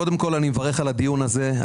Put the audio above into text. קודם כל, אני מברך על הדיון הזה.